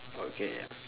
okay